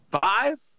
Five